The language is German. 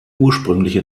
ursprüngliche